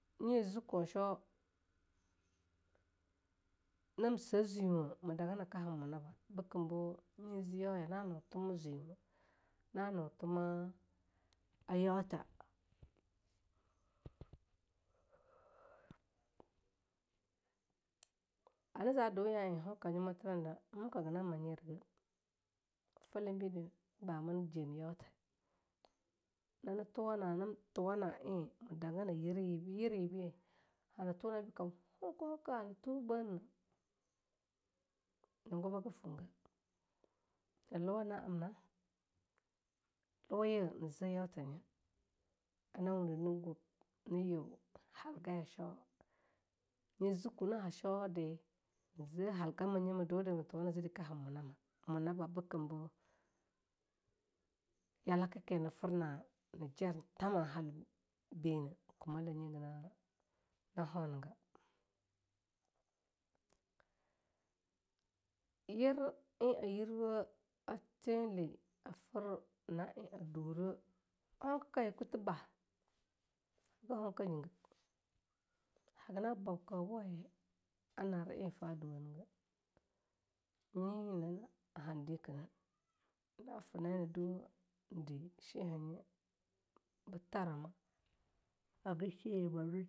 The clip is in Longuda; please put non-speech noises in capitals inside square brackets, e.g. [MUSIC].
Nye zukoe a shwauya nam sae zwewo me danga na ke han munaba bikem be nyi zi yauya na noe tuma zwiwe, na nae tuma yautha [NOISE] hana za due ya'ei honka hayi motiranida, hoeka haga na manyirege fele bide najeme yauthe, nana tuwana'a nam tuwana'a ei ma dangana yiryibe yiryib hana toe na kam hoeka-hoeka hana toe bibene ne gubaga fuege, na luwa na'amna, luwaye na ze yauthanye ana wunde negub ne yue halgaya a shwauya, nye zukue na ha shwauyade na ze halgammaye me due de zede kanan munama, munaba bikimbe yalaka ne firna nijar tama halau bine kumelaye haaga hoeiga. yir e a yirwa thele a a'ei a dure hoekaye kutheba? hagan hoekanyige hagana bwab kaubawaye nare ei a fa duwenege. nyi yina ne handigene, na fir na'ei na duwenede, shenhanye be tarama hagan [NOISE] shi momdirtha nyinethe na fariga.